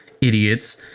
idiots